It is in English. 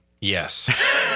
Yes